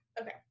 Okay